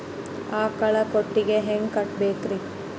ಆಕಳ ಕೊಟ್ಟಿಗಿ ಹ್ಯಾಂಗ್ ಕಟ್ಟಬೇಕ್ರಿ?